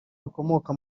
bikomoka